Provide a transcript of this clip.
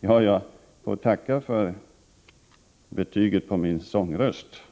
Jag får tacka för betyget på min sångröst.